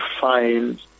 find